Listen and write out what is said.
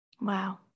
Wow